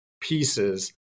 pieces